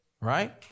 Right